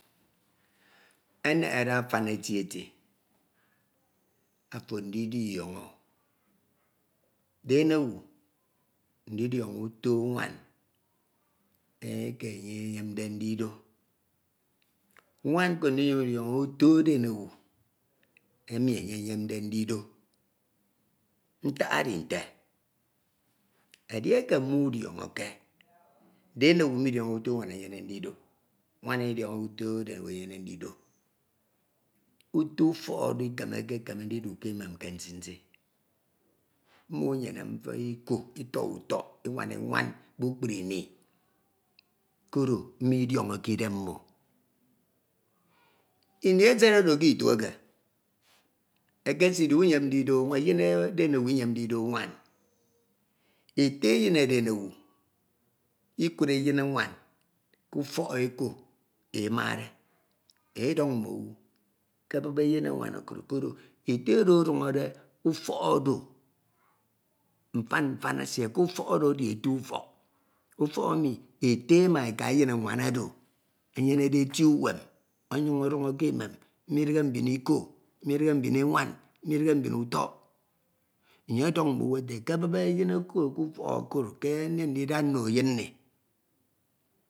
Enehere, afan eti eti atie afo ndidiọñọ, den owu ndidiọño utọ anwan eke enye eyemde ndido, nusan ndidiọñọ uto edenown enu enye eyemda ndido. Ntak edi nte edieke mudiọñọke denowu mudiọnọke uto anwan enye eyemde ndido nwan, midiọñọke uto edenown enye eyemde ndido, uto ufọk oro ikemeke keme ndidu ke emem ke nsi nsi, mmo enyene mfina iko, etọhọ ụtọ, enwana enwan kpukpru ini korọ mmo idiọñọke iden mmo bụ esed oro ke ito eke, ekesidi usem ndido nwan, ete eyin edenown ikud afen anwan ke ufọk oko emade, edọñ mme owu ekebup eyin anwan oko koro ete oro ọdiọñọde ufok ore mfan mfan esie ke ufok oro edi eti ufok. Ufok emi ete ma eka eyin oro enyenede eti uwem ọnyiañ ọduñọ ke anem midihe, midighe utọk. Enye odun mme owu ete kebup eyin okro ke ufok okro ke nyem ndida nno eyin nni.